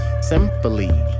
simply